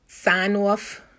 sign-off